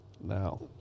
now